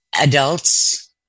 adults